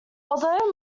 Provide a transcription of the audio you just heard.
although